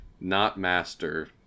not-master